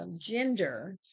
gender